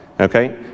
okay